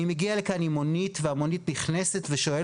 אני מגיע לכאן עם מונית והמונית נכנסת ושואל